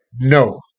no